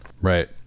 Right